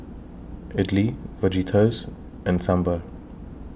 Idili Fajitas and Sambar